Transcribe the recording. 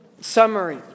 summary